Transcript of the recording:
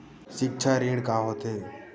सिक्छा ऋण का होथे?